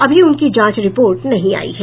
अभी उनकी जांच रिपोर्ट नहीं आयी है